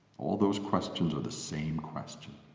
all those questions are the same question.